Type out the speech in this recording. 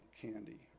candy